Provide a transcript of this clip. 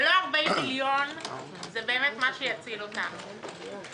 ולא ה-40 מיליון זה מה שיציל אותנו באמת.